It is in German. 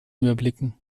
überblicken